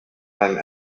time